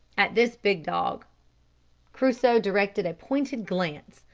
at this big dog crusoe directed a pointed glance,